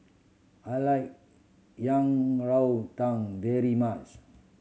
I like Yang Rou Tang very much